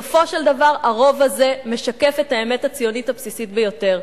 אבל בסופו של דבר הרוב הזה משקף את האמת הציונית הבסיסית ביותר,